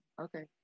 Okay